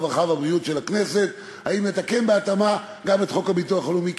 הרווחה והבריאות של הכנסת אם לתקן בהתאמה גם את חוק הביטוח הלאומי,